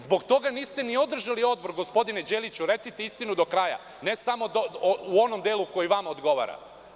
Zbog toga niste ni održali odbor, gospodine Đeliću, recite istinu do kraja, ne samo u onom delu koji vama odgovara.